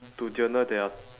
to journal their